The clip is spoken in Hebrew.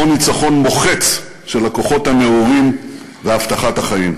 או ניצחון מוחץ של הכוחות הנאורים והבטחת החיים.